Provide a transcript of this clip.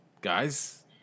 guys